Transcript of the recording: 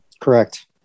Correct